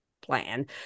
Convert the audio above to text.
plan